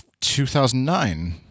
2009